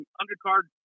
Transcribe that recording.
undercard